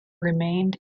remained